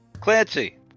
Clancy